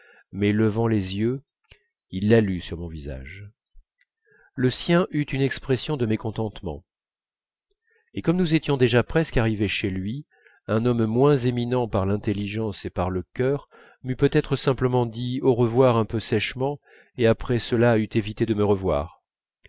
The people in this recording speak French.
mais levant les yeux il la lut sur mon visage le sien eut une expression de mécontentement et comme nous étions déjà presque arrivés chez lui un homme moins éminent par l'intelligence et par le cœur m'eût peut-être simplement dit au revoir un peu sèchement et après cela eût évité de me revoir